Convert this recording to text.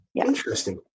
interesting